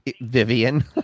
Vivian